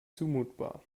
zumutbar